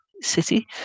city